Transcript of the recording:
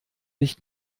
nicht